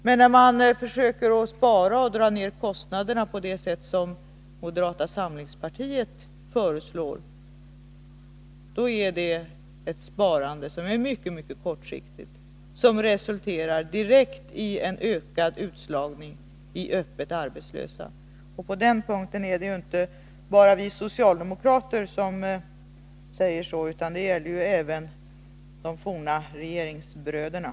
Men när man försöker spara och dra ned kostnaderna på det sätt som moderata samlingspartiet föreslår, är det ett sparande som är mycket kortsiktigt och som direkt resulterar i en ökad utslagning och en ökning av antalet öppet arbetslösa. Det är inte bara vi socialdemokrater som har den uppfattningen, utan det gäller även de forna regeringsbröderna.